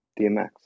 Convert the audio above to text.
DMX